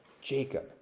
Jacob